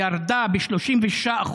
ירד ב-36%